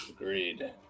Agreed